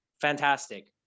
fantastic